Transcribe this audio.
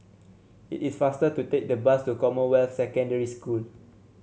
it is faster to take the bus to Commonwealth Secondary School